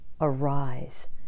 arise